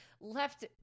left